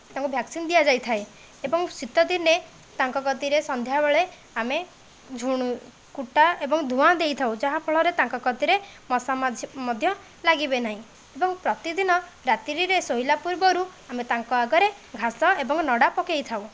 ତାଙ୍କୁ ଭ୍ୟାକ୍ସିନ ଦିଆଯାଏ ଏବଂ ଶୀତଦିନେ ତାଙ୍କ କତିରେ ସନ୍ଧ୍ୟାବେଳେ ଆମେ ଝୁଣା କୁଟା ଏବଂ ଧୂଆଁ ଦେଇଥାଉ ଯାହାଫଳରେ ତାଙ୍କ କତିରେ ମଶାମାଛି ମଧ୍ୟ ଲାଗିବେ ନାହିଁ ଏବଂ ପ୍ରତିଦିନ ରାତ୍ରିରେ ଶୋଇଲା ପୂର୍ବରୁ ଆମେ ତାଙ୍କ ଆଗରେ ଘାସ ଏବଂ ନଡ଼ା ପକାଇଥାଉ